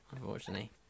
unfortunately